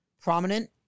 prominent